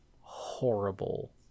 horrible